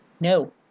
No